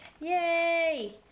Yay